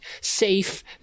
safe